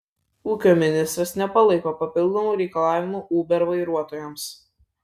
ūkio ministras nepalaiko papildomų reikalavimų uber vairuotojams